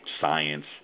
science